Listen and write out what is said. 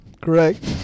Correct